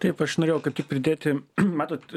taip aš norėjau tik pridėti matot